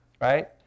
right